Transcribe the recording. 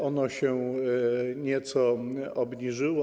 Ono się nieco obniżyło.